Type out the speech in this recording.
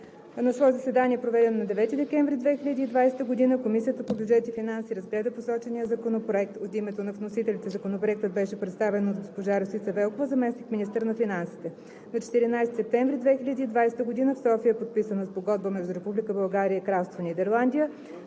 На свое заседание, проведено на 9 декември 2020 г., Комисията по бюджет и финанси разгледа посочения законопроект. От името на вносителите Законопроектът беше представен от госпожа Росица Велкова – заместник-министър на финансите. На 14 септември 2020 г. в София е подписана Спогодба между Република България и Кралство Нидерландия